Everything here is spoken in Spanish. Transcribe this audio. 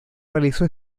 realizó